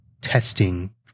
testing